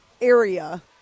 area